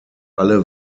alle